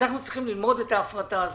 אנחנו צריכים ללמוד את ההפרטה הזאת.